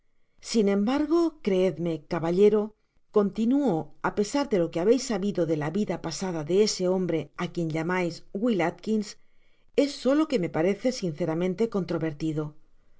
sin embargo creedme caballero continuó á pesar de lo que habeis sabido de la vida pasada de ese hombre á quien llamais will alkins es el solo que me parece sinceramente convertido